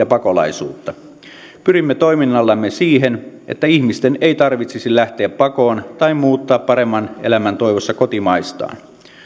pakolaisuutta pyrimme toiminnallamme siihen että ihmisten ei tarvitsisi lähteä pakoon tai muuttaa paremman elämän toivossa kotimaistaan